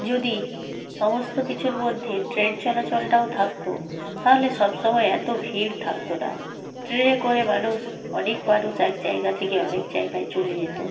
যদি সমস্ত কিছুর মধ্যে ট্রেন চলাচলটাও থাকত তাহলে সব সময় এত ভিড় থাকত না ট্রেনে করে মানুষ অনেক মানুষ এক জায়গা থেকে অনেক জায়গায় চলে যেত